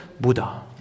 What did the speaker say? Buddha